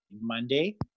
Monday